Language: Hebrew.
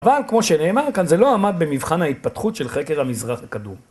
אבל כמו שנאמר כאן זה לא עמד במבחן ההתפתחות של חקר המזרח הקדום.